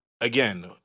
Again